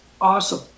awesome